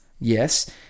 Yes